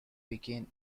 begin